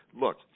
look